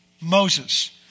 Moses